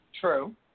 True